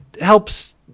helps